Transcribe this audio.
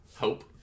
hope